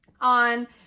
on